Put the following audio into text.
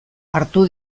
hartu